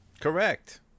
Correct